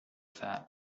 fat